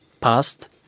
past